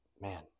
man